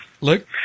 Luke